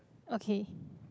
okay